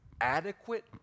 adequate